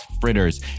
fritters